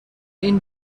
این